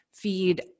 Feed